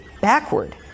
backward